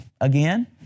again